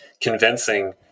convincing